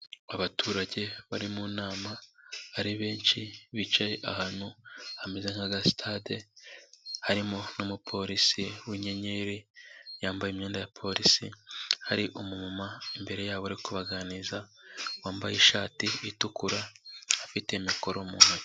Abaturage bari mu nama ari benshi bicaye ahantu hameze nk'agasitade, harimo n'umupolisi w'inyenyeri yambaye imyenda ya polisi, hari umu mama imbere yabo uri kubaganiriza wambaye ishati itukura afite mikoro mu ntoki.